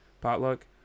potluck